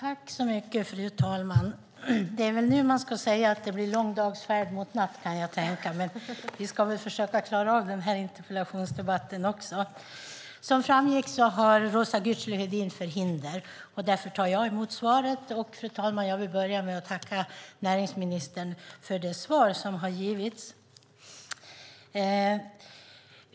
Fru talman! Det är väl nu man ska säga att det blir lång dags färd mot natt, kan jag tänka mig. Vi ska väl försöka klara av den här interpellationsdebatten också. Som framgick har Roza Güclü Hedin förhinder. Därför tar jag emot svaret. Och, fru talman, jag vill börja med att tacka näringsministern för det svar som har givits.